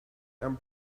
and